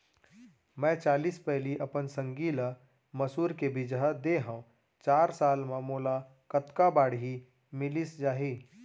मैं चालीस पैली अपन संगी ल मसूर के बीजहा दे हव चार साल म मोला कतका बाड़ही मिलिस जाही?